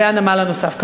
והנמל הנוסף כמובן?